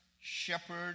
shepherd